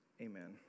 amen